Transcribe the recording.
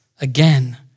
again